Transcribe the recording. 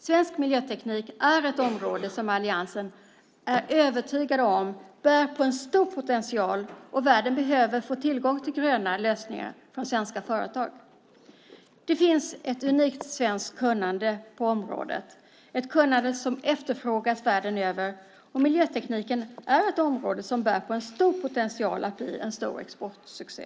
Svensk miljöteknik är ett område som alliansen är övertygad om bär på en stor potential. Världen behöver få tillgång till gröna lösningar från svenska företag. Det finns ett unikt svenskt kunnande på området - ett kunnande som efterfrågas världen över. Miljötekniken är ett område som bär på en stor potential att bli en stor exportsuccé.